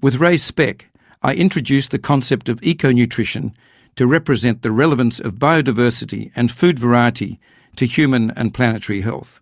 with ray specht i introduced the concept of eco-nutrition to represent the relevance of biodiversity and food variety to human and planetary health.